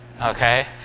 okay